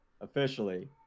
officially